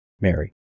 Mary